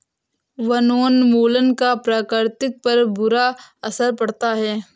वनोन्मूलन का प्रकृति पर बुरा असर पड़ता है